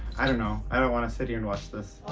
i don't know. i don't want to sit here and watch this.